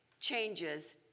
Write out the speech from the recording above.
changes